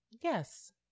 Yes